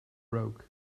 broke